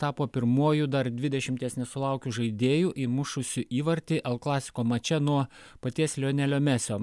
tapo pirmuoju dar dvidešimties nesulaukiu žaidėju įmušusiu įvartį l klasiko mače nuo paties lionelio mesio